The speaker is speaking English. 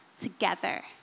together